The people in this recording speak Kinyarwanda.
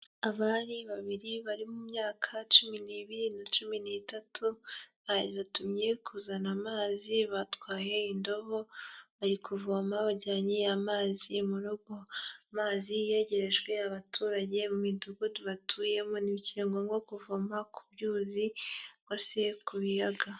Abari babiri bari mu myaka cumi n'ibiri na cumi n'itatu, babatumye kuzana amazi batwaye indobo bari kuvoma bajyanye amazi mu rugo, amazi yegerejwe abaturage mu midugudu batuyemo, ntibikiri ngombwa kuvoma ku byuzi cyangwa se ku biyaga.